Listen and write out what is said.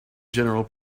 general